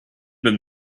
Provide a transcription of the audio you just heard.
have